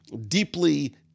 deeply